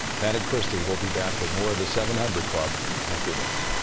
pat and kristi will be back with more of the seven hundred club after this.